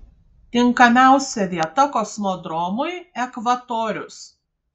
tinkamiausia vieta kosmodromui ekvatorius